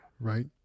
Right